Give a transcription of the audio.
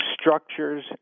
Structures